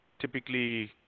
typically